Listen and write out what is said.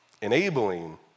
Enabling